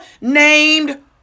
named